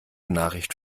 nachricht